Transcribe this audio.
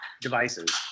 devices